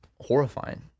horrifying